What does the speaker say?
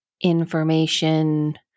information